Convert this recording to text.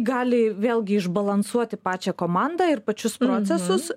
gali vėlgi išbalansuoti pačią komandą ir pačius procesus